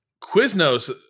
Quiznos